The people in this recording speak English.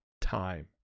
time